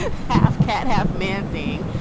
ah half cat, half man thing.